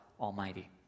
Almighty